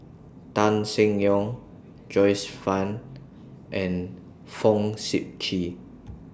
Tan Seng Yong Joyce fan and Fong Sip Chee